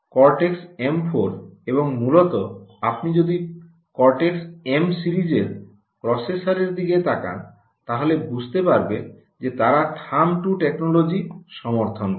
cortex M 4 এবং মূলত আপনি যদি কর্টেক্স এম সিরিজের প্রসেসরের দিকে তাকান তাহলে বুঝতে পারবেন যে তারা থাম্ব 2 টেকনোলজি সমর্থন করে